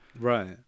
Right